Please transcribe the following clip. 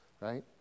right